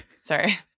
Sorry